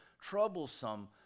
troublesome